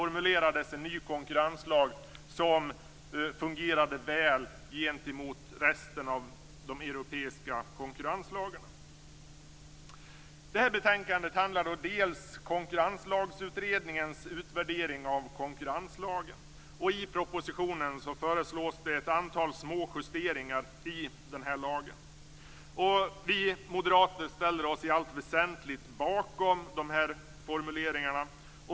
Då formulerades en ny konkurrenslag som fungerade väl gentemot resten av de europeiska konkurrenslagarna. Det här betänkandet tar upp Konkurrenslagsutredningens utvärdering av konkurrenslagen. I propositionen föreslås ett antal små justeringar i lagen. Vi moderater ställer oss i allt väsentligt bakom formuleringarna.